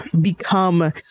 become